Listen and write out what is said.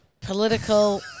political